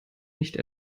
nicht